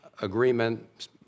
agreement